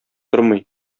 тормый